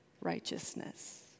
righteousness